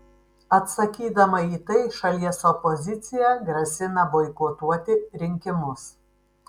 atsakydama į tai šalies opozicija grasina boikotuoti rinkimus